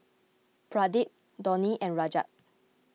Pradip Dhoni and Rajat